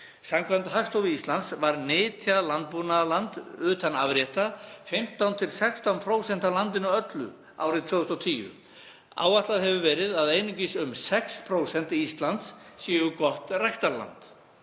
Samkvæmt Hagstofu Íslands var nytjað landbúnaðarland, utan afrétta, 15–16% af landinu öllu árið 2010. Áætlað hefur verið að einungis um 6% Íslands séu gott ræktunarland